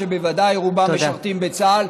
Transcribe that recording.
שבוודאי רובם משרתים בצה"ל,